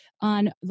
on